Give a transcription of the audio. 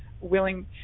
willing